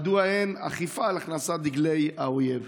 מדוע אין אכיפה על הכנסת דגלי האויב?